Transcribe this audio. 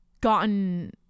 gotten